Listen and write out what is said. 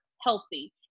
healthy